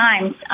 times